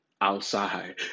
outside